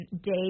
day